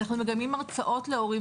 אנחנו מדמים הרצאות להורים.